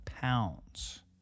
pounds